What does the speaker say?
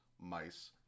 mice